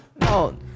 No